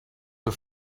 her